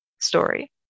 story